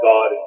God